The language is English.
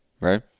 right